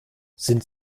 sind